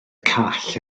call